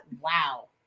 Wow